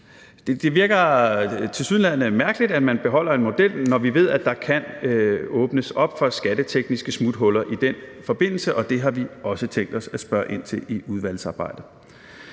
Det virker tilsyneladende mærkeligt, at man beholder en model, når vi ved, at der kan åbnes op for skattetekniske smuthuller i den forbindelse, og det har vi også tænkt os at spørge ind til i udvalgsarbejdet.